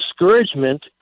discouragement